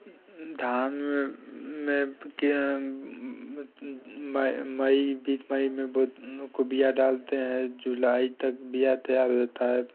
धान में मई बीच मई में बहुत बीआ डालते हैं जुलाई तक बीआ तैयार होता है